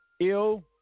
Ill